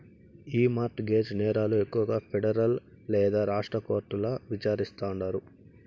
ఈ mortgage నేరాలు ఎక్కువగా పెడరల్ లేదా రాష్ట్ర కోర్టుల్ల విచారిస్తాండారు